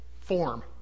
form